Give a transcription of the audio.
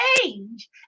change